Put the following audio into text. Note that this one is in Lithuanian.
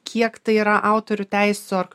kiek tai yra autorių teisių ar